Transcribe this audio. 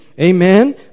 Amen